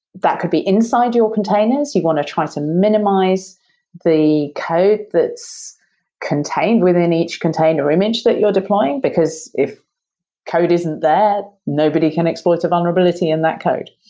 that could be inside your containers. you want to try to minimize the code that's contained within each container image that you're deploying, because if code isn't there, nobody can exploit a vulnerability in that code.